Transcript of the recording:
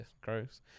gross